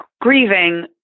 grieving